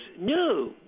No